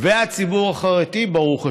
והציבור החרדי, ברוך השם,